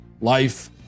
life